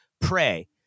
pray